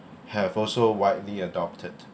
have also widely adopted